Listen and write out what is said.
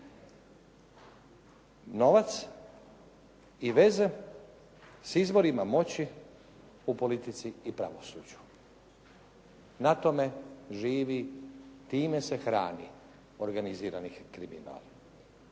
Novac i veze s izvorima moći u politici i pravosuđu. Na tome živi, time se hrani organizirani kriminal.